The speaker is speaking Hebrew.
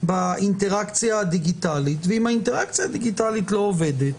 באינטראקציה הדיגיטלית ואם האינטראקציה הדיגיטלית לא עובדת,